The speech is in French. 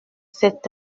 sept